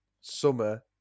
summer